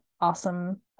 awesome